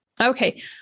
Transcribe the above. Okay